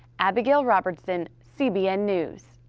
abigail robertson, cbn news.